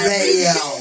Radio